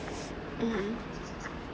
mmhmm